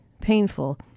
painful